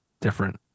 different